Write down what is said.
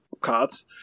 cards